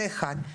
זה אחד.